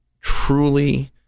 truly